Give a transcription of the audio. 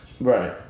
Right